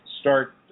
start